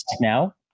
Now